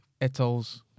Etos